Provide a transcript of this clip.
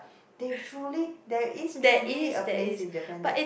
they truly there is truly a place in Japan that